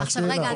מה השאלה?